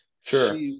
sure